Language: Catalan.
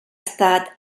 estat